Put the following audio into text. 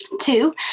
Two